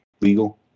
legal